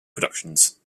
productions